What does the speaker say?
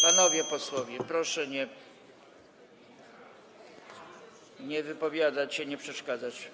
Panowie posłowie, proszę się nie wypowiadać, nie przeszkadzać.